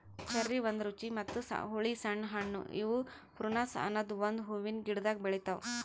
cherry ಒಂದ್ ರುಚಿ ಮತ್ತ ಹುಳಿ ಸಣ್ಣ ಹಣ್ಣು ಇವು ಪ್ರುನುಸ್ ಅನದ್ ಒಂದು ಹೂವಿನ ಗಿಡ್ದಾಗ್ ಬೆಳಿತಾವ್